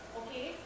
okay